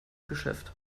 geschäft